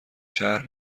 شهر